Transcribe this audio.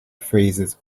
phrases